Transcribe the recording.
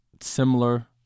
similar